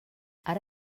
ara